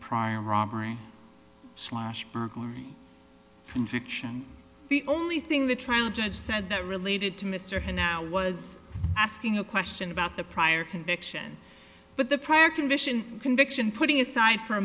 prime robbery slash burglary conviction the only thing the trial judge said that related to mr was asking a question about the prior conviction but the prior condition conviction putting aside for a